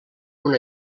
una